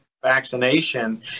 vaccination